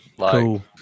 Cool